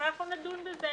ואנחנו נדון בזה.